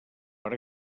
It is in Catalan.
per